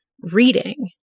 reading